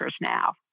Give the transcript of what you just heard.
now